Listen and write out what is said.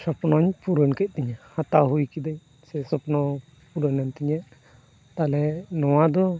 ᱠᱩᱠᱢᱩᱧ ᱯᱩᱨᱩᱱ ᱠᱮᱫ ᱛᱤᱧᱟᱹ ᱦᱟᱛᱟᱣ ᱦᱩᱭ ᱠᱤᱫᱟᱹᱧ ᱥᱮ ᱠᱩᱠᱢᱩ ᱯᱩᱨᱳᱱᱮᱱ ᱛᱤᱧᱟᱹ ᱛᱟᱦᱚᱞᱮ ᱱᱚᱣᱟ ᱫᱚ